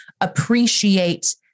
appreciate